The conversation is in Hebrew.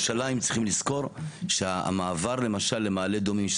צריך לעבוד בצורה מקצועית,